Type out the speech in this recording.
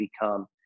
become